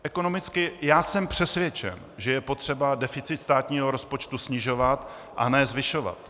Ekonomicky jsem přesvědčen, že je potřeba deficit státního rozpočtu snižovat, a ne zvyšovat.